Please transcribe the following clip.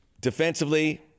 Defensively